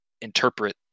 interpret